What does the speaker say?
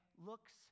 looks